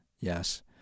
Yes